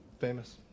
famous